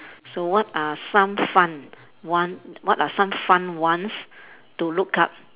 so what are some fun one what are some fun ones to look up